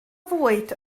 fwyd